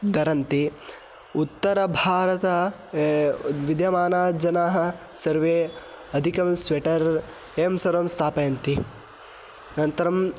धरन्ति उत्तरभारते विद्यमानाः जनाः सर्वे अधिकं स्वेटर् एवं सर्वं स्थापयन्ति अनन्तरं